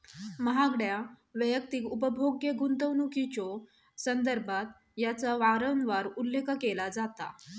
महागड्या वैयक्तिक उपभोग्य गुंतवणुकीच्यो संदर्भात याचा वारंवार उल्लेख केला जाता